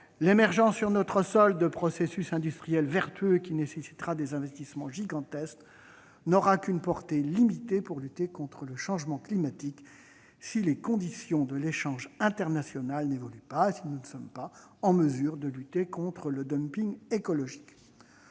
L'émergence sur notre sol de processus industriels vertueux, qui nécessitera des investissements gigantesques, n'aura qu'une portée limitée pour lutter contre le changement climatique si les conditions de l'échange international n'évoluent pas et si nous ne sommes pas en mesure de lutter contre le dumping écologique.